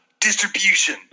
distribution